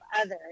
others